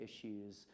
issues